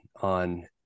on